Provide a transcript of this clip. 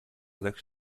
sechs